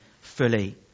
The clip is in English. fully